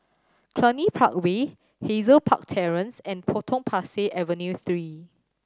Cluny Park Way Hazel Park Terrace and Potong Pasir Avenue Three